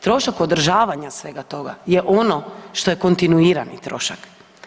Trošak održavanja svega toga je ono što je kontinuirani trošak.